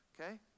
okay